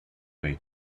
way